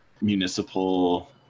municipal